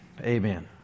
Amen